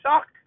suck